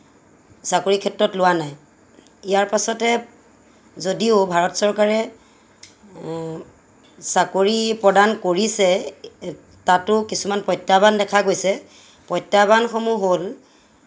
চাকৰি ক্ষেত্ৰত লোৱা নাই ইয়াৰ পিছতে যদিও ভাৰত চৰকাৰে চাকৰি প্ৰদান কৰিছে তাতো কিছুমান প্ৰত্যাহ্বান দেখা গৈছে প্ৰত্যাহ্বানসমূহ হ'ল